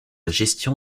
gestion